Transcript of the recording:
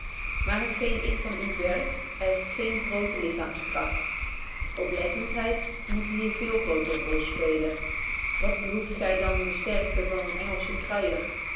maar het geen ik van u verg eischt gene groote lichaamskragt oplettenheid moet hier veel grooter rol spelen wat behoeft gy dan de sterkte van een engelsche kruijer